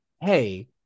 hey